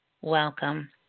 welcome